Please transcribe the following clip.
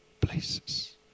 places